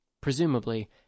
Presumably